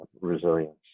resilience